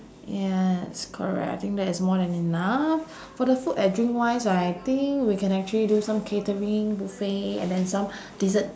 yes correct I think that is more than enough for the food and drink wise I think we can actually do some catering buffet and then some dessert